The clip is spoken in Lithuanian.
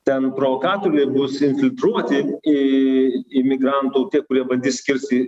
ten provokatoriai bus infiltruoti į imigrantų kurie bandys kirsti